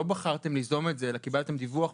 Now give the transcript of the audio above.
לא יזמתם את זה אלא קיבלתם דיווח.